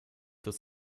des